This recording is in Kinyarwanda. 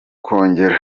kongere